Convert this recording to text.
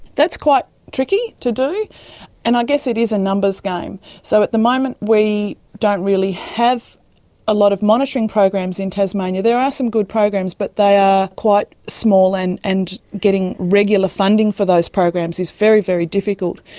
that's quite tricky to do and i guess it is a numbers game. so at the moment we don't really have a lot of monitoring programs in tasmania. there are some good programs but they are quite small, and and getting regular funding for those programs is very, very difficult.